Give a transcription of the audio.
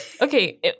Okay